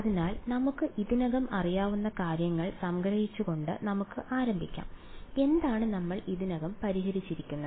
അതിനാൽ നമുക്ക് ഇതിനകം അറിയാവുന്ന കാര്യങ്ങൾ സംഗ്രഹിച്ചുകൊണ്ട് നമുക്ക് ആരംഭിക്കാം എന്താണ് നമ്മൾ ഇതിനകം പരിഹരിച്ചിരിക്കുന്നത്